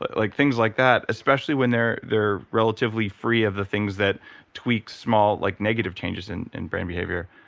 like things like that, especially when they're they're relatively free of the things that tweaks, small, like negative changes in in brain behavior.